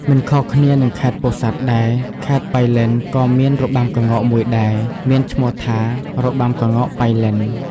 មិនខុសគ្នានឹងខេត្តពោធិ៍សាត់ដែរ ខេត្តប៉ៃលិនក៏មានរបាំក្ងោកមួយដែរ មានឈ្មោះថារបាំក្ងោកប៉ៃលិន។